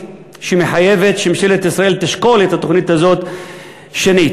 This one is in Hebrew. שמחייבת שממשלת ישראל תשקול את התוכנית הזאת שנית.